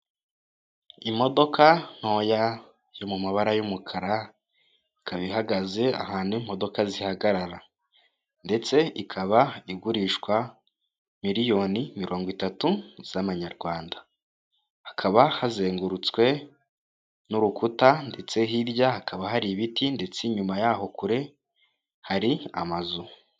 Imodoka ntoya yo mu mabara y'umukara, ikaba ihagaze ahantu imodoka zihagarara ndetse ikaba igurishwa miliyoni mirongo itatu z'Amanyarwanda, hakaba hazengurutswe n'urukuta ndetse hirya hakaba hari ibiti ndetse nyuma y'aho kure hari amazu.